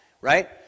Right